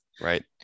right